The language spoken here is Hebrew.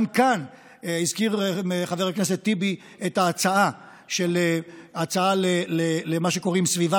גם כאן הזכיר חבר הכנסת טיבי את ההצעה של מה שקוראים "סביבה